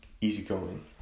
easygoing